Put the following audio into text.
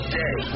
day